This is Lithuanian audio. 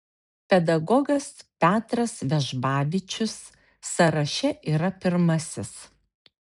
pedagogas petras vežbavičius sąraše yra pirmasis